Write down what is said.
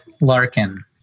Larkin